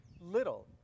little